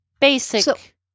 basic